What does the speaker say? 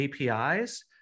APIs